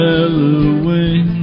Halloween